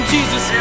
Jesus